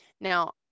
Now